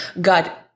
got